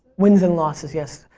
wins and losses, yes.